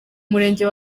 murenge